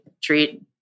treat